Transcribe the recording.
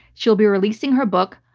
she'll be releasing her book,